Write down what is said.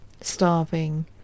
starving